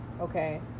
Okay